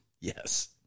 Yes